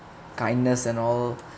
kindness and all